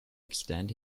extend